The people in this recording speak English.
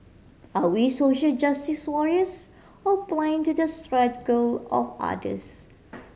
are we social justice warriors or blind to the struggle of others